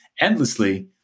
endlessly